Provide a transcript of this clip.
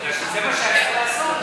כי זה מה שהיה צריך לעשות.